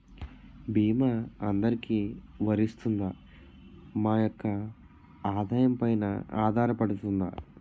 భీమా అందరికీ వరిస్తుందా? మా యెక్క ఆదాయం పెన ఆధారపడుతుందా?